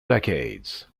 decades